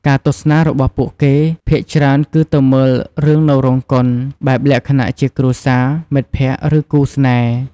ការទស្សនារបស់ពួកគេភាគច្រើនគឺទៅមើលរឿងនៅរោងកុន បែបលក្ខណៈជា គ្រួសារ មិត្តភក្តិ ឬគូស្នេហ៍ ។